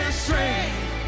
strength